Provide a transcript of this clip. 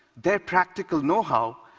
their practical know-how,